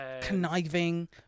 conniving